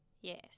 Yes